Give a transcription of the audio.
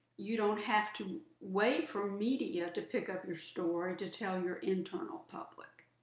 you don't have to wait for media to pick up your story to tell your internal public.